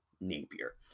Napier